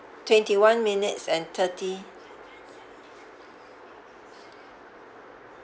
twenty one minutes and thirty